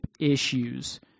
issues